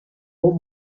but